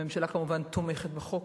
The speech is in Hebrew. הממשלה כמובן תומכת בחוק,